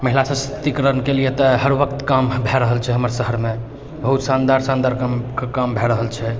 महिला सशस्क्तिकरणके लिए तऽ हर वक्त काम भए रहल छै हमर शहरमे बहुत शानदार शानदार काम भए रहल छै